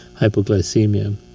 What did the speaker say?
hypoglycemia